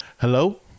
Hello